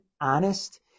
honest